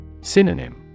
Synonym